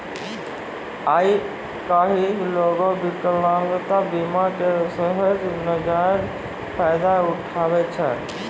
आइ काल्हि लोगें विकलांगता बीमा के सेहो नजायज फायदा उठाबै छै